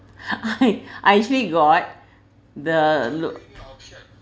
I I actually got the look